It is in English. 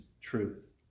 truth